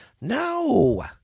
No